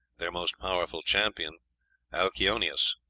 their most powerful champion alkyoneus.